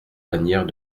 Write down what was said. bagnères